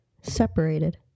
separated